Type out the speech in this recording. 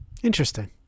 Interesting